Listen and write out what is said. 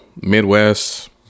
Midwest